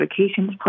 vacations